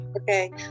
Okay